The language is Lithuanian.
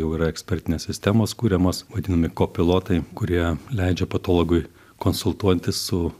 jau yra ekspertinės sistemos kuriamos vadinami kopilotai kurie leidžia patologui konsultuojantis su